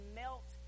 melt